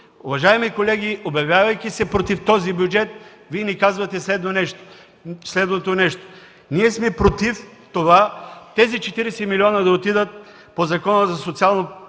Уважаеми колеги, обявявайки се срещу този бюджет, Вие ни казвате следното: „Ние сме против това тези 40 млн. лв. да отидат по Закона за социални